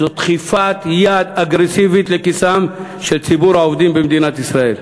זו דחיפת יד אגרסיבית לכיס של ציבור העובדים במדינת ישראל.